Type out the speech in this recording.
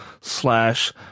slash